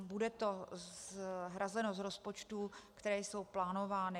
Bude to hrazeno z rozpočtů, které jsou plánovány.